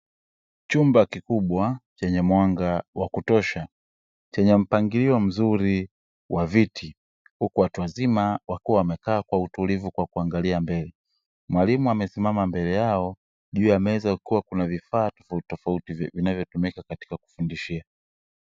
Chumba kikubwa chenye mwanga wa kutosha chenye mpangilio mzuri wa viti, huku watu wazima wakiwa wamekaa kwa utulivu wakiangalia mbele, mwalimu amesimama mbele yao, juu ya meza kukiwa kuna vifaa tofautitofauti vinavyotumika katika kufundishia.